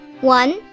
One